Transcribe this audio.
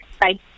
Bye